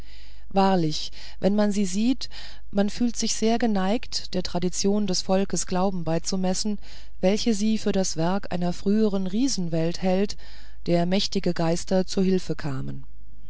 wahrlich wenn man sie sieht man fühlt sich sehr geneigt der tradition des volks glauben beizumessen welche sie für das werk einer früheren riesenwelt hält der mächtige geister zu hilfe kamen